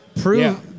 prove